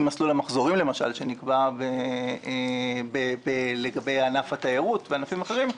ממסלול המחזורים שנקבע לגבי ענף התיירות וענפים אחרים,